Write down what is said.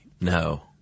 No